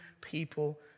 people